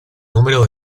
número